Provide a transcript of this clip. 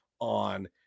on